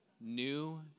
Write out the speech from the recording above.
New